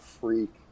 Freak